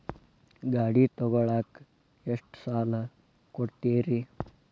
ಗಾಡಿ ತಗೋಳಾಕ್ ಎಷ್ಟ ಸಾಲ ಕೊಡ್ತೇರಿ?